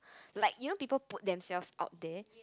like even people put themselves up there